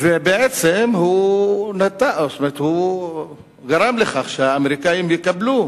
ובעצם הוא גרם לכך שהאמריקנים יקבלו